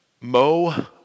Mo